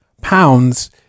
pounds